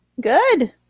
Good